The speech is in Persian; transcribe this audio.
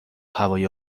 هوای